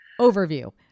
overview